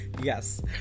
Yes